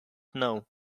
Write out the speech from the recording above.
know